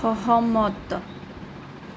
সহমত